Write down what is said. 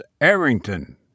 Arrington